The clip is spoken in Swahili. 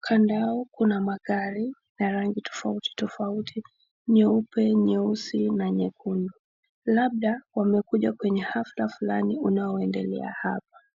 kando yao kuna magari ya rangi tofautitofauti, nyeupe ,nyeusi, na nyekundu, labda wamekuja kwenye hafla fulani inayoeldelea hapa.